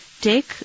take